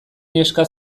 iheska